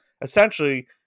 Essentially